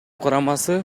курамасы